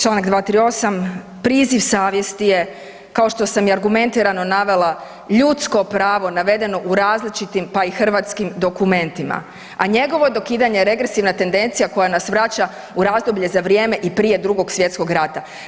Čl. 238., priziv savjesti je, kao što sam i argumentirano navela, ljudsko pravo navedeno u različitim, pa i hrvatskim dokumentima, a njegovo dokidanje je regresivna tendencija koja nas vraća u razdoblje za vrijeme i prije Drugog svjetskog rata.